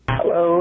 Hello